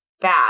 bad